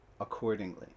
accordingly